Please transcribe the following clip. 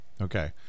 Okay